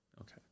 Okay